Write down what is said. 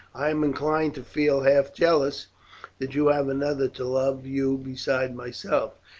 i am inclined to feel half jealous that you have another to love you besides myself,